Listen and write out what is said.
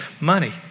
money